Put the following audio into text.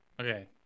Okay